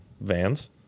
Vans